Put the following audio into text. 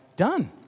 done